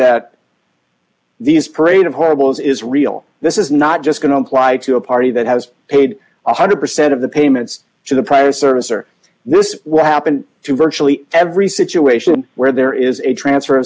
that these parade of horribles is real this is not just going to apply to a party that has paid one hundred percent of the payments to the prayer service or this is what happened to virtually every situation where there is a transfer